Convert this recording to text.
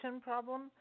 problem